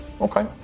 Okay